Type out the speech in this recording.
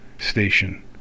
station